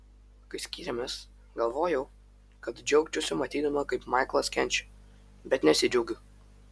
kai skyrėmės galvojau kad džiaugčiausi matydama kaip maiklas kenčia bet nesidžiaugiu